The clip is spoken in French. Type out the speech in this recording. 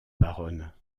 baronne